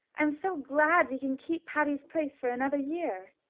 i'm so glad we can keep patty's place for another year,